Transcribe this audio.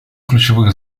ключевых